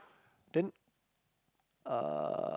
then uh